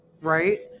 right